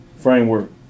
framework